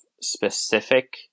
specific